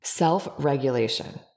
Self-regulation